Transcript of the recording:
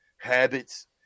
habits